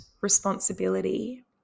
responsibility